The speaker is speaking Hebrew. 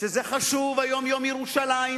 שיום ירושלים